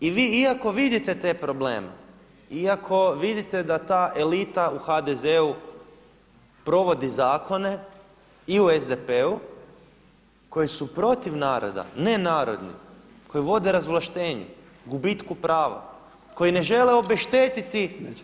I vi iako vidite te probleme, iako vidite da ta elita u HDZ-u provodi zakone i u SDP-u koji su protiv naroda, ne narodni, koji vode razvlaštenje, gubitku prava, koji ne žele obeštetiti.